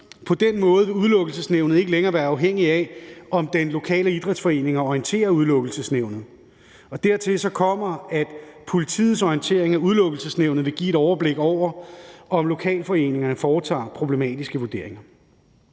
på den måde, at Udelukkelsesnævnet ikke længere vil være afhængigt af, om den lokale idrætsforening orienterer Udelukkelsesnævnet. Dertil kommer, at politiets orientering af Udelukkelsesnævnet vil give et overblik over, om lokalforeningerne foretager problematiske vurderinger.